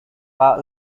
pak